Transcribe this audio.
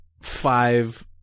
five